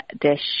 dish